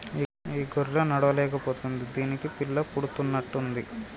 ఈ గొర్రె నడవలేక పోతుంది దీనికి పిల్ల పుడుతున్నట్టు ఉంది